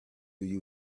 you